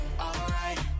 Alright